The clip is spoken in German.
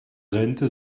rente